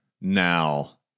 now